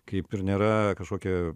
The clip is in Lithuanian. kaip ir nėra kažkokia